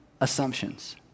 assumptions